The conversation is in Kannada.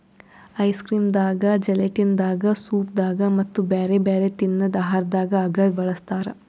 ಐಸ್ಕ್ರೀಮ್ ದಾಗಾ ಜೆಲಟಿನ್ ದಾಗಾ ಸೂಪ್ ದಾಗಾ ಮತ್ತ್ ಬ್ಯಾರೆ ಬ್ಯಾರೆ ತಿನ್ನದ್ ಆಹಾರದಾಗ ಅಗರ್ ಬಳಸ್ತಾರಾ